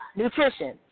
nutrition